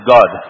God